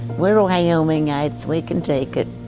we're wyomingites, we can take it.